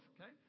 Okay